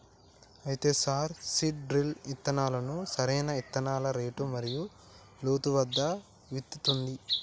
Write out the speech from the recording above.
అయితే sir seed drill ఇత్తనాలను సరైన ఇత్తనాల రేటు మరియు లోతు వద్ద విత్తుతుంది